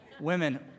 Women